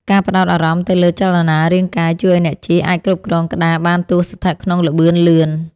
ការផ្ដោតអារម្មណ៍ទៅលើចលនារាងកាយ ជួយឱ្យអ្នកជិះអាចគ្រប់គ្រងក្ដារបានទោះស្ថិតក្នុងល្បឿនលឿន។